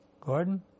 Gordon